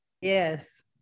Yes